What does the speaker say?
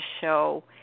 show